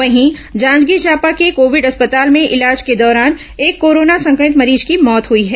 वहीं जांजगीर चांपा के कोविड अस्पताल में इलाज के दौरान एक कोरोना संक्रमित मरीज की मौत हुई है